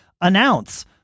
announce